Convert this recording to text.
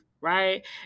Right